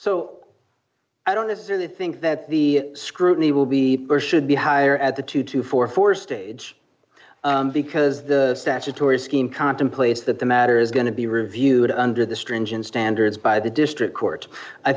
so i don't necessarily think that the scrutiny will be or should be higher at the two dollars to forty four dollars stage because the statutory scheme contemplates that the matter is going to be reviewed under the stringent standards by the district court i